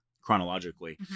chronologically